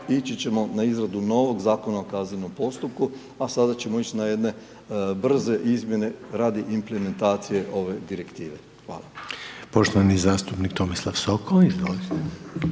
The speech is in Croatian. ići ćemo na izradu novog Zakona o kaznenom postupku, a sada ćemo ići na jedne brze izmjene radi implementacije ove Direktive. Hvala. **Reiner, Željko